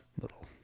little